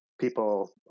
people